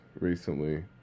recently